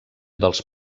dels